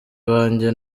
banjye